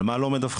על מה לא מדווחים,